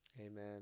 amen